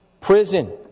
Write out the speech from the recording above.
prison